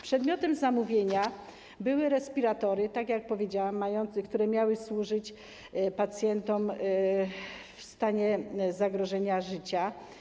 Przedmiotem zamówienia były respiratory, tak jak powiedziałam, które miały służyć pacjentom w stanie zagrożenia życia.